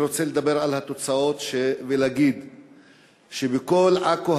אני רוצה לדבר על התוצאות ולהגיד שבכל עכו